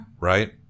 Right